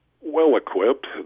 well-equipped